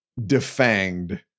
Defanged